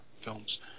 films